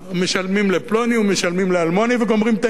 משלמים לפלוני ומשלמים לאלמוני וגומרים את העניין.